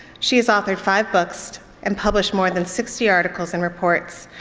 she's authored five books and published more than sixty articles and reports.